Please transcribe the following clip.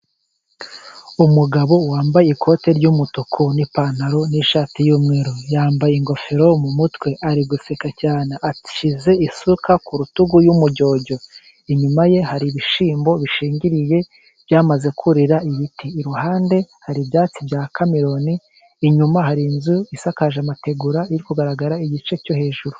Umugabo wambaye ikoti ry'umutuku n'ipantaro n'ishati y'umweru yambaye ingofero mu mutwe ari guseka cyane, ashyize isuka ku rutugu y'umujyojyo, inyuma ye hari ibishyimbo bishingiyeriye byamaze kurira ibiti, iruhande hari ibyatsi bya kameroni, inyuma hari inzu isakaje amategura, iri kugaragara igice cyo hejuru.